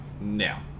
now